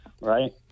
Right